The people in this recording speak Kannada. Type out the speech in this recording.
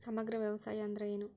ಸಮಗ್ರ ವ್ಯವಸಾಯ ಅಂದ್ರ ಏನು?